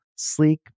sleek